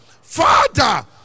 Father